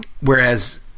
whereas